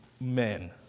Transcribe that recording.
men